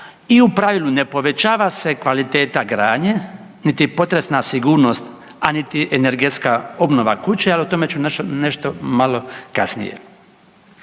i u pravilu ne povećava se kvaliteta gradnje niti potresna sigurnost, a niti energetska obnova kuće ali o tome ću nešto malo kasnije.